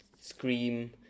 scream